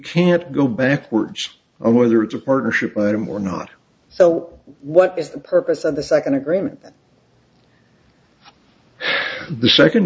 can't go backwards on whether it's a partnership item or not so what is the purpose of the second agreement the second